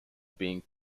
being